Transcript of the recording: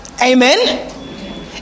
Amen